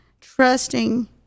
trusting